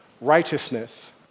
righteousness